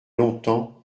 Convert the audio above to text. longtemps